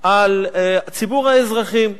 על ציבור האזרחים,